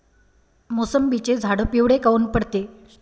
मोसंबीचे झाडं पिवळे काऊन पडते?